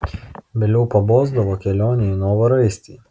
vėliau pabosdavo kelionė į novaraistį